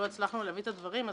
לא הצלחנו להביא את הדברים,